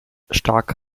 stark